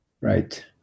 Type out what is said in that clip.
Right